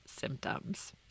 symptoms